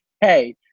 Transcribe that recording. hey